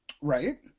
Right